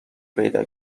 پیدا